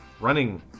running